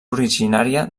originària